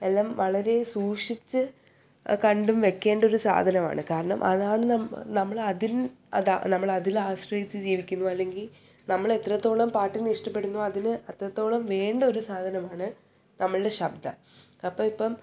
എല്ലാം വളരെ സൂക്ഷിച്ച് കണ്ടും വയ്ക്കേണ്ട ഒരു സാധനമാണ് കാരണം അതാണ് നമ്മൾ നമ്മൾ അതിൻ അതാണ് നമ്മൾ അതിൽ ആശ്രയിച്ച് ജീവിക്കുന്നു അല്ലെങ്കിൽ നമ്മൾ എത്രത്തോളം പാട്ടിനെ ഇഷ്ടപ്പെടുന്നു അതിന് അത്രത്തോളം വേണ്ട ഒരു സാധനമാണ് നമ്മുടെ ശബ്ദം അപ്പോൾ ഇപ്പം